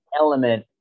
element